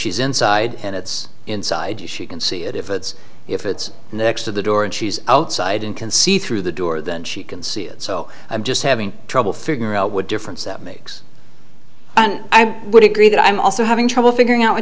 she's inside and it's inside you she can see it if it's if it's next to the door and she's outside and can see through the door then she can see it so i'm just having trouble figuring out what difference that makes and i would agree that i'm also having trouble figuring out w